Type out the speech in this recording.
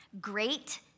great